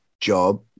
job